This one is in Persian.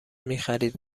میخرید